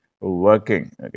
working